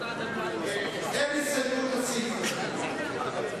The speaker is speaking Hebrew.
לשנת 2010. אין הסתייגות לסעיף הזה.